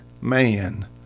man